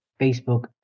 Facebook